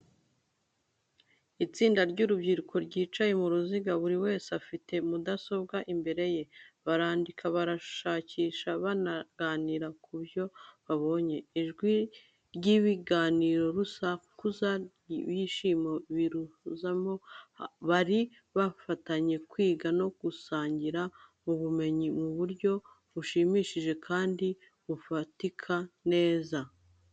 Itsinda ry’urubyiruko ryicaye mu ruziga, buri wese afite mudasobwa imbere ye. Barandika, barashakisha, banaganira ku byo babonye. Ijwi ry’ibiganiro n’urusaku rw’ibyishimo biruzura aho bari, bafatanya kwiga no gusangira ubumenyi mu buryo bushimishije kandi bufatika neza.